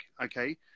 okay